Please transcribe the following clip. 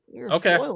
okay